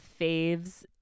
faves